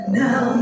now